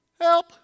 Help